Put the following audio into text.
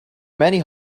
many